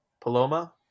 Paloma